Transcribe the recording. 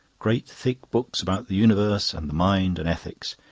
great thick books about the universe and the mind and ethics.